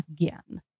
again